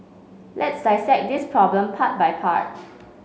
let's dissect this problem part by part